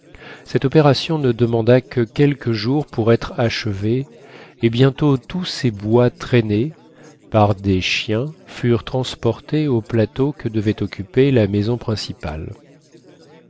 cette opération ne demanda que quelques jours pour être achevée et bientôt tous ces bois traînés par des chiens furent transportés au plateau que devait occuper la maison principale